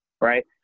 right